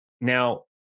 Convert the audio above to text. now